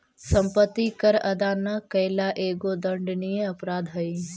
सम्पत्ति कर अदा न कैला एगो दण्डनीय अपराध हई